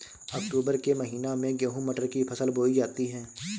अक्टूबर के महीना में गेहूँ मटर की फसल बोई जाती है